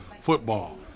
football